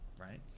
right